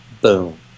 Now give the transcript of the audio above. boom